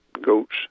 goats